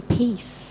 peace